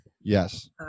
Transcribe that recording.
Yes